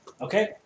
Okay